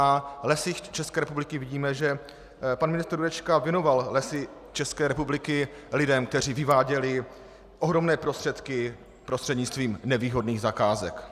Na Lesích České republiky vidíme, že pan ministr Jurečka věnoval Lesy České republiky lidem, kteří vyváděli ohromné prostředky prostřednictvím nevýhodných zakázek.